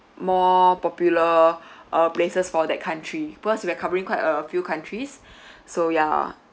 more popular uh places for that country because we're covering quite a few countries so ya